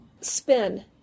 spin